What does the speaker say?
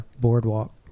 Boardwalk